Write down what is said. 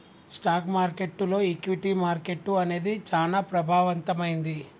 stock మార్కెట్టులో equity market అనేది చానా ప్రభావవంతమైంది